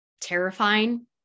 terrifying